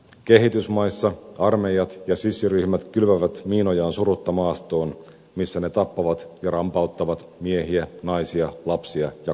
kehitysmaissa armeijat ja sissiryhmät kylvävät miinojaan surutta maastoon missä ne tappavat ja rampauttavat miehiä naisia lapsia ja kotieläimiä